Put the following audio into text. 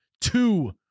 Two